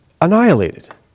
annihilated